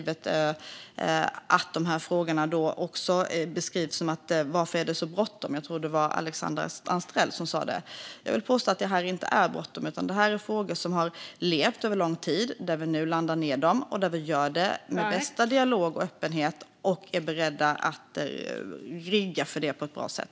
Det ställs ju också frågor om varför det är så bråttom - jag tror att det var Alexandra Anstrell som frågade det - och jag vill påstå att det inte är bråttom. Detta är i stället frågor som har levt över lång tid och som vi nu landar ned. Vi gör det i bästa dialog och öppenhet och är beredda att rigga för detta på ett bra sätt.